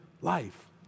life